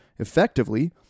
Effectively